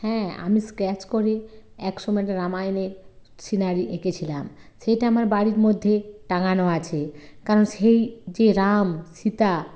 হ্যাঁ আমি স্ক্রাচ করে এক সময় একটা রামায়ণের সিনারি এঁকেছিলাম সেইটা আমার বাড়ির মধ্যে টাঙানো আছে কারণ সেই যে রাম সীতা